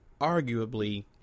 arguably